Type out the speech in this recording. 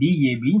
எனவே Dab 6